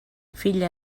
filla